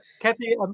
Kathy